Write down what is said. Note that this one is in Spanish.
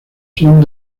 son